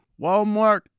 Walmart